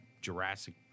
Jurassic